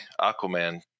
Aquaman